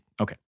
Okay